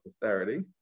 posterity